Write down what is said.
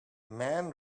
men